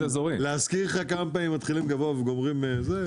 להזכיר לך כמה פעמים מתחילים גבוה וגומרים בזה?